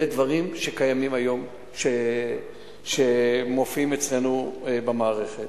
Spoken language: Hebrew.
אלה דברים שקיימים היום, שמופיעים אצלנו במערכת.